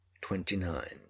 twenty-nine